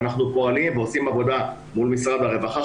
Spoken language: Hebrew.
ואנחנו פועלים ועושים עבודה מול משרד הרווחה.